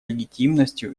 легитимностью